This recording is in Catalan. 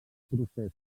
procés